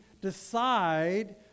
decide